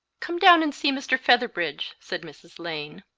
come down and see mr. featherbridge! said mrs. lane.